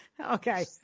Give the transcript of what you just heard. Okay